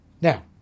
Now